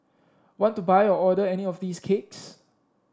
want to buy or order any of these cakes